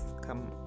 come